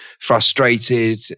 frustrated